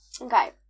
Okay